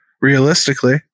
Realistically